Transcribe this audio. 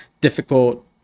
difficult